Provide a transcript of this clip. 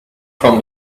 from